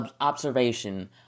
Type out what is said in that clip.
observation